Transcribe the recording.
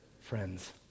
Friends